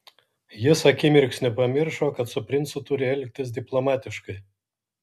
jis akimirksniu pamiršo kad su princu turi elgtis diplomatiškai